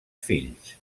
fills